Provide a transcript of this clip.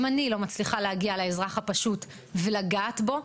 אם אני לא מצליחה להגיע לאזרח הפשוט ולגעת בו,